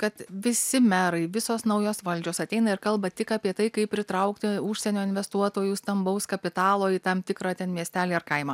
kad visi merai visos naujos valdžios ateina ir kalba tik apie tai kaip pritraukti užsienio investuotojų stambaus kapitalo į tam tikrą ten miestelį ar kaimą